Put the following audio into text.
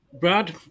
Brad